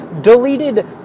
deleted